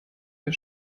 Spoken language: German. der